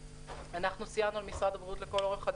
אנחנו סייענו למשרד הבריאות לאורך כל